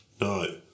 No